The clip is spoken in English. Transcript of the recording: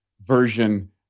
version